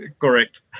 correct